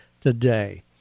today